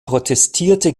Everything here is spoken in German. protestierte